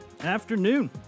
afternoon